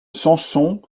samson